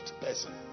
person